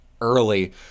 early